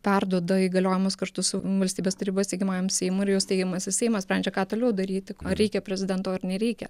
perduoda įgaliojimus kartu su valstybės taryba steigiamajam seimui ir jau steigiamasis seimas sprendžia ką toliau daryti ar reikia prezidento ar nereikia